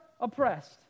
oppressed